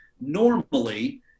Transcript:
normally